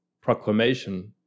proclamation